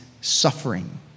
suffering